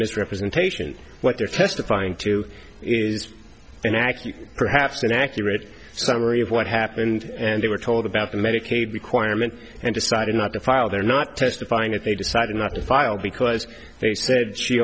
misrepresentation what they're testifying to is an accurate perhaps an accurate summary of what happened and they were told about the medicaid be quire meant and decided not to file their not testifying if they decided not to file because they said she